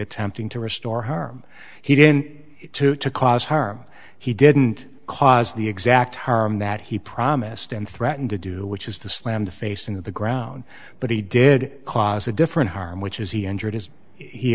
attempting to restore harm he did it to to cause harm he didn't cause the exact harm that he promised and threatened to do which is to slam the face into the ground but he did cause a different harm which is he